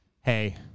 hey